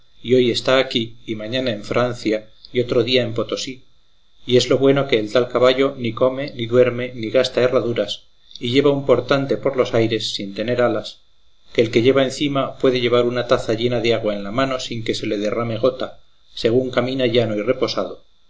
y hoy está aquí y mañana en francia y otro día en potosí y es lo bueno que el tal caballo ni come ni duerme ni gasta herraduras y lleva un portante por los aires sin tener alas que el que lleva encima puede llevar una taza llena de agua en la mano sin que se le derrame gota según camina llano y reposado